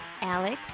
Alex